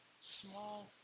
small